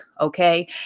okay